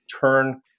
turn